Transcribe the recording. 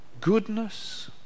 goodness